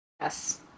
Yes